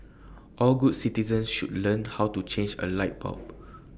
all good citizens should learn how to change A light bulb